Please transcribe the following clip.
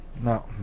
No